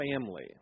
family